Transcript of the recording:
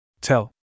Tell